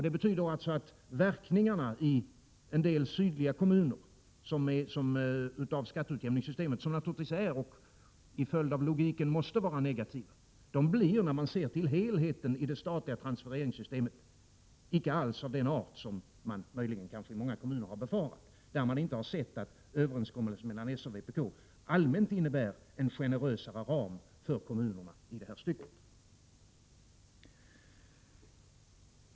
Det betyder att verkningarna i en del sydliga kommuner när det gäller skatteutjämningssystemet, vilka naturligtvis är och i följd av logiken måste vara negativa, blir när man ser till helheten i det statliga transfereringssystemet icke alls av den art som man möjligen i många kommuner har befarat, när man inte insett att överenskommelsen mellan socialdemokraterna och vpk allmänt innebär en generösare ram för kommunerna i det här stycket.